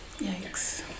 Yikes